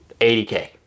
80K